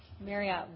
Marriott